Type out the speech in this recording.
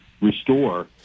restore